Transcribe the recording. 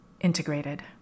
integrated